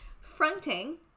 fronting